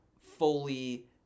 fully